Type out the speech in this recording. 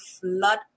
flood